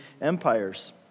empires